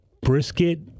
Brisket